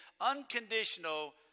unconditional